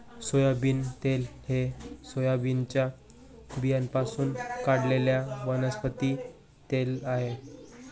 soybean तेल हे सोयाबीनच्या बियाण्यांपासून काढलेले वनस्पती तेल आहे